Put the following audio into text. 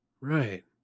right